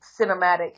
cinematic